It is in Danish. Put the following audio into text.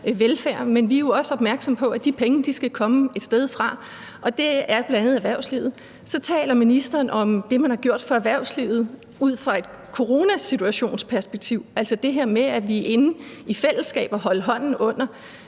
velfærd, men vi er jo også opmærksomme på, at de penge skal komme et sted fra, og det er bl.a. fra erhvervslivet. Så taler ministeren om det, man har gjort for erhvervslivet ud fra coronasituationens perspektiv, altså det her med, at vi i fællesskab holder hånden under